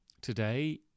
Today